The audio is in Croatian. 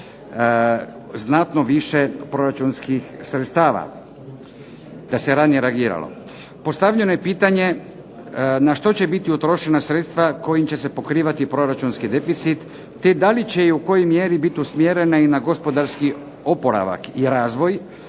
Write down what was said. znatno više proračunskih sredstava, da se ranije reagiralo. Postavljeno je pitanje na što će biti utrošena sredstva kojim će se pokrivati proračunski deficit te da li će i u kojoj mjeri biti usmjerena i na gospodarski oporavak i razvoj